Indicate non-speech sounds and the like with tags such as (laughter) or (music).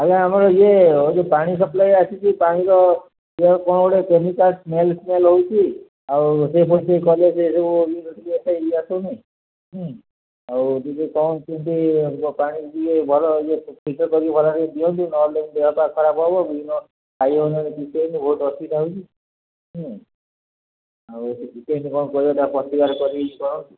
ଆଜ୍ଞ ଆମର ଇଏ (unintelligible) ଯେଉଁ ପାଣି ସପ୍ଲାଏ ଆସିଛି ପାଣିର କ'ଣ ଗୋଟେ କେମିକାଲ୍ ସ୍ମେଲ୍ ସ୍ମେଲ୍ ହେଉଛି ଆଉ ସେ ସେ କଲେ ସେ ସବୁ (unintelligible) ଆସୁନି ଆଉ (unintelligible) କ'ଣ କେମିତି ପାଣି ଟିକଏ ଭଲ ଇଏ ଫିଲ୍ଟର୍ କରି ଭଲରେ ଦିଅନ୍ତୁ ନହେଲେ ଦେହପା ଖରାପ ହବ ବିଭିନ୍ନ ଖାଈ ହଉନି (unintelligible) ବହୁତ ଅସୁବିଧା ହେଉଛି ଆଉ ସେଥିପାଇଁ କ'ଣ ଟିକେ ପ୍ରତିକାର କରନ୍ତୁ